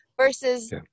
Versus